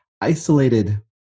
isolated